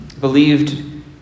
believed